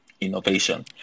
innovation